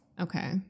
Okay